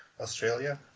Australia